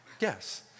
Yes